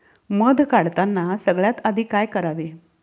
मध काढताना सगळ्यात आधी काय करावे?